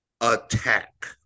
attack